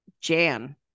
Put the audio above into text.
jan